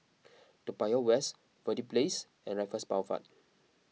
Toa Payoh West Verde Place and Raffles Boulevard